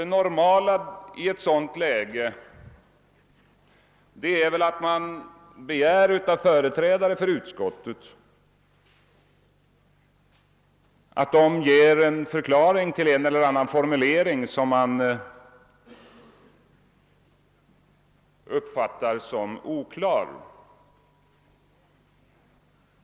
Det normala i ett sådant läge är väl att begära att en företrädare för utskottet ger en förklaring till en eller annan formulering som man uppfattar som oklar.